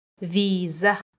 Visa